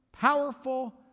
powerful